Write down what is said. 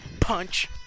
Punch